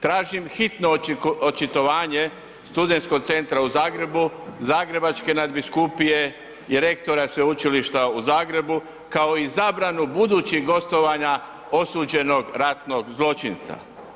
Tražim hitno očitovanja Studentskog centra u Zagrebu, Zagrebačke nadbiskupije i rektora Sveučilišta u Zagrebu, kao i zabranu budućih gostovanja osuđenog ratnog zločinca.